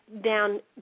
down